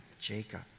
Jacob